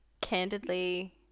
candidly